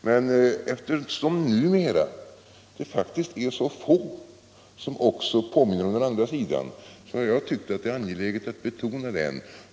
Men eftersom det numera faktiskt är så få som också påminner om den andra sidan av saken, har jag tyckt det vara angeläget att betona även den.